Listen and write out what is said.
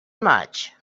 much